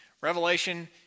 Revelation